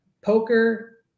poker